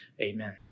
Amen